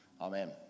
Amen